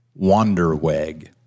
Wanderweg